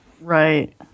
right